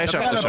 אתה ישבת שם.